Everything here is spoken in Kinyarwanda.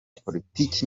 politiki